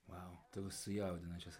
vau tokios sujaudinančios